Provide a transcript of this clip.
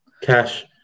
cash